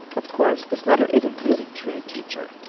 of course, this letter isn't really true, teacher.